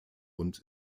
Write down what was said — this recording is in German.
und